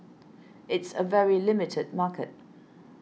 it's a very limited market